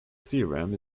theorem